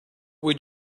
would